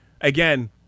again